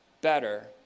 Better